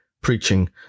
preaching